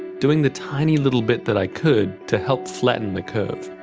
doing the tiny little bit that i could to help flatten the curve.